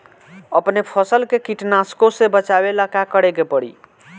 अपने फसल के कीटनाशको से बचावेला का करे परी?